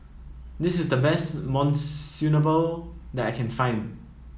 this is the best that I can find